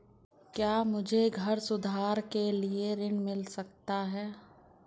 क्या मुझे घर सुधार के लिए ऋण मिल सकता है?